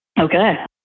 Okay